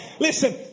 Listen